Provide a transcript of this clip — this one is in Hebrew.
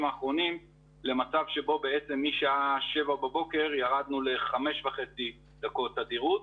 האחרונים למצב שבו בעצם משעה 7:00 בבוקר ירדנו ל-5.30 דקות תדירות,